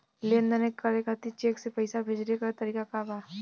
लेन देन करे खातिर चेंक से पैसा भेजेले क तरीकाका बा?